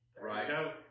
right